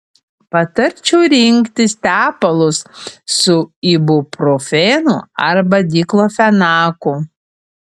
patarčiau rinktis tepalus su ibuprofenu arba diklofenaku